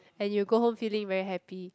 and you go home feeling very happy